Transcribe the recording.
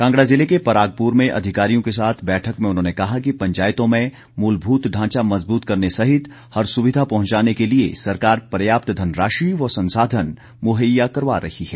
कांगड़ा जिले के परागपुर में अधिकारियों के साथ बैठक में उन्होंने कहा कि पंचायतों में मूलभूत ढांचा मजबूत करने सहित हर सुविधा पहुंचाने के लिए सरकार पर्याप्त धनराशि व संसाधन मुहैया करवा रही है